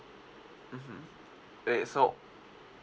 mmhmm eh